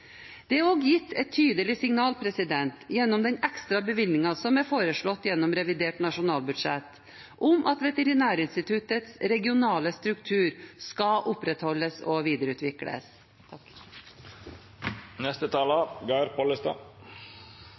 Det er også gitt et tydelig signal gjennom den ekstra bevilgningen som er foreslått gjennom revidert nasjonalbudsjett, om at Veterinærinstituttets regionale struktur skal opprettholdes og videreutvikles.